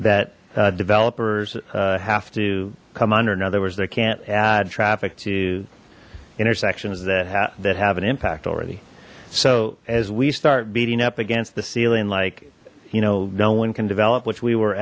that developers have to come under in other words they can't add traffic to intersections that have that have an impact already so as we start beating up against the ceiling like you know no one can develop which we were